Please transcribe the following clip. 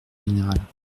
générale